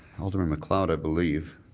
alderman macleod, i believe.